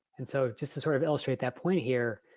and so, just to sort of illustrate that point here.